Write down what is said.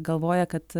galvoja kad